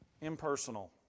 impersonal